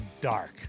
dark